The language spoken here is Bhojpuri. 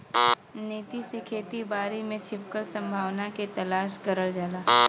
नीति से खेती बारी में छिपल संभावना के तलाश करल जाला